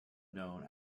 known